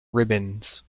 ribbons